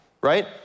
right